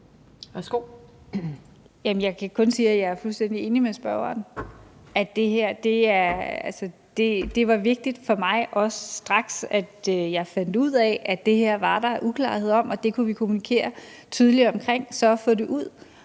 enig med spørgeren. Det var også vigtigt for mig, straks jeg fandt ud af, at det her var der uklarhed om og det kunne vi kommunikere tydeligere omkring,